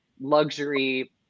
luxury